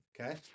Okay